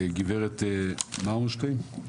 גברת מרמושטיין.